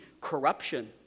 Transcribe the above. corruption